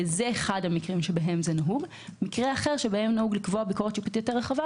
מקרים אחרים שבהם נהוג לקבוע ביקורת שיפוטית יותר רחבה,